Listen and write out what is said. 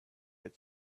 had